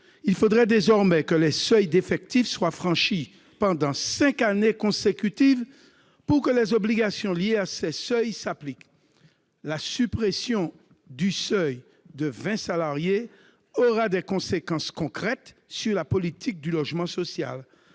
il faudrait désormais que les seuils d'effectif soient franchis pendant cinq années consécutives pour que les obligations liées à ces seuils s'appliquent. La suppression du seuil de 20 salariés aura des conséquences concrètes sur la politique du logement social.